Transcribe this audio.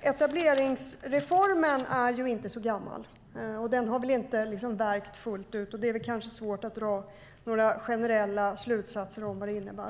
Etableringsreformen är inte så gammal, och den har väl ännu inte verkat fullt ut. Det är därför kanske svårt att dra några generella slutsatser om vad den innebär.